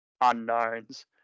unknowns